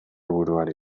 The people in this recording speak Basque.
buruari